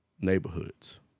neighborhoods